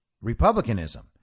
Republicanism